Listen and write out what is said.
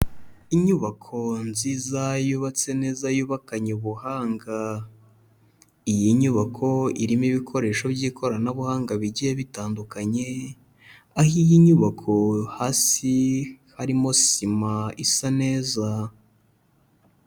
Inyubako nziza yubatse neza yubakanye ubuhanga, iyi nyubako irimo ibikoresho by'ikoranabuhanga bigiye bitandukanye, aho iyi nyubako hasi harimo sima isa neza.